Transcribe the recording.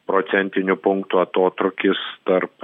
procentinių punktų atotrūkis tarp